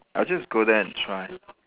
I'll just go there and try